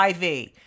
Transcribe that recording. IV